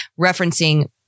referencing